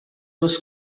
was